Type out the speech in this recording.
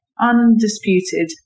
undisputed